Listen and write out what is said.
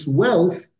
wealth